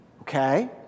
Okay